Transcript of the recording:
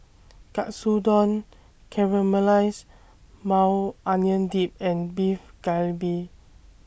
Katsudon Caramelized Maui Onion Dip and Beef Galbi